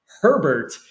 Herbert